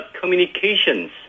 communications